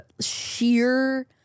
sheer